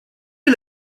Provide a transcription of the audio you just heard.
est